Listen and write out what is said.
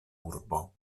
urbo